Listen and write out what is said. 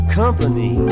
company